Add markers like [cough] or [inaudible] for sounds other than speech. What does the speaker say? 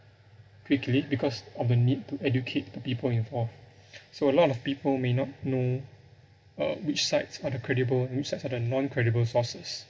quickly because of the need to educate the people involved [breath] so a lot of people may not know uh which sites are the credible and which sites are the non credible sources